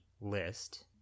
list